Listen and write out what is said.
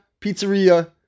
pizzeria